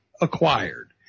acquired